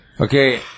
Okay